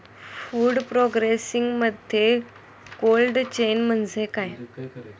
Food प्रोसेसिंगमध्ये cold chain म्हणजे काय?